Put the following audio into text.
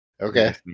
Okay